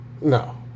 No